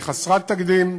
היא חסרת תקדים.